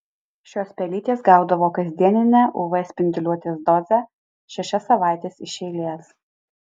šios pelytės gaudavo kasdieninę uv spinduliuotės dozę šešias savaites iš eilės